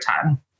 time